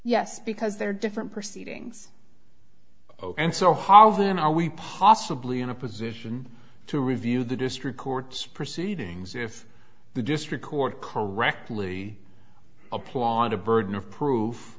yes because there are different proceedings and so hol then are we possibly in a position to review the district court's proceedings if the district court correctly applaud a burden of proof